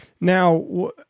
now